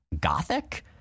gothic